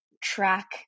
track